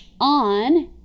on